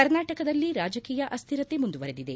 ಕರ್ನಾಟಕದಲ್ಲಿ ರಾಜಕೀಯ ಅಸ್ಲಿರತೆ ಮುಂದುವರೆದಿದೆ